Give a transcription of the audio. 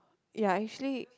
ya actually